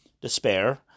despair